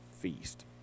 feast